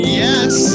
yes